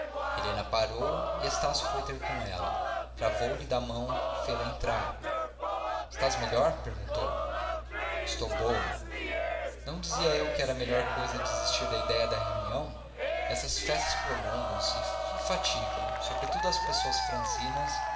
helena parou e estácio foi ter com ela travou-lhe da mão fê-la entrar estás melhor perguntou estou boa não dizia eu que era melhor desistir da idéia da reunião essas festas prolongamse e fatigam sobretudo as pessoas franzinas